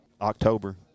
October